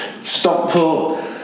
Stockport